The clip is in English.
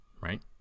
right